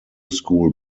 school